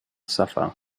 suffer